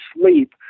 sleep